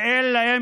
שאין להם